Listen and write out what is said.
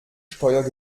steuert